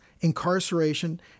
incarceration